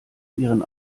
ihren